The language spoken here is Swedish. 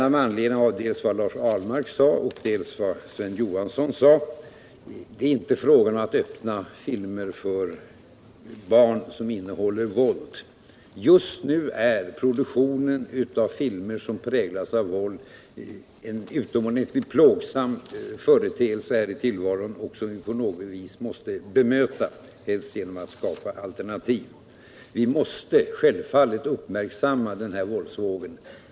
Med anledning av vad Lars Ahlmark och Sven Johansson sade vill jag gärna framhålla att det inte är fråga om att godkänna filmer för barn som innehåller våld. Just nu är produktionen av filmer som präglas av våld en utomordentligt plågsam företeelse här i tillvaron, som på något sätt måste bemötas, helst genom att man skapar alternativ. Vi måste självfallet uppmärksamma den här våldsvågen.